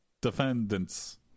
defendants